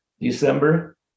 december